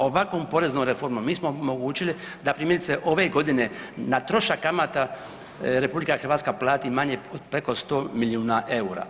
Ovakvom poreznom reformom mi smo omogućili da primjerice ove godine na trošak kamata RH plati manje od preko 100 milijuna EUR-a.